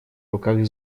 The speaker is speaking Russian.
руках